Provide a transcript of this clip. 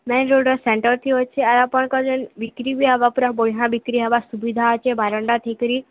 main ରୋଡ଼୍ର centre ଠି ଅଛି ଆ ଆପଣଙ୍କର ଯେନ୍ ବିକ୍ରି ହୁଏ ଆବା ପୂରା ବଢ଼ିଆ ବିକ୍ରି ହେବା ସୁବିଧା ଅଛି ବାରଣ୍ଡା ଠିକିରି